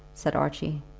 said archie.